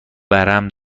ورم